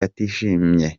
atishimye